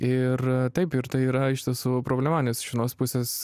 ir taip ir tai yra iš tiesų problema nes iš vienos pusės